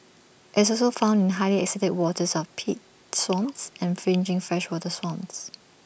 IT is also found in highly acidic waters of peat swamps and fringing freshwater swamps